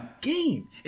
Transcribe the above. game